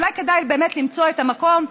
אולי כדאי באמת למצוא את הדרך,